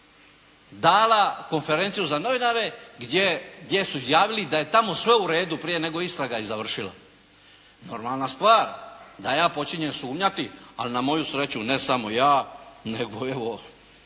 dala konferenciju za novinare gdje su izjavili da je tamo sve u redu prije nego je istraga i završila. Normalna stvar da ja počinjem sumnjati, ali na moju sreću ne samo ja, nego evo